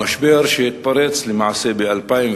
המשבר התפרץ בסוף 2003,